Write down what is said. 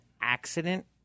accident